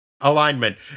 Alignment